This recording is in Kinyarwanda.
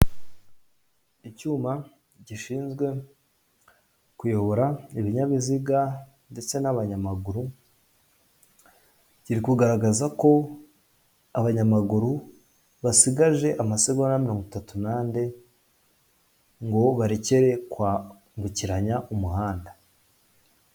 Icyuma gishinzwe kuyobora ibinyabiziga ndetse n'abanyamaguru kiri kugaragaza ko abanyamaguru basigaje amasegonda mirongo itatu na nde ngo barekere kwambukiranya umuhanda.